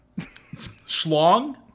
Schlong